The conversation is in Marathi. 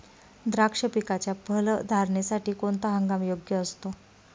द्राक्ष पिकाच्या फलधारणेसाठी कोणता हंगाम योग्य असतो?